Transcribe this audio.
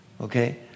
okay